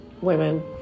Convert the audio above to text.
women